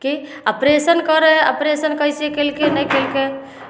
कि ऑपरेशन करै हइ ऑपरेशन कैसे केलकै नहि केलकै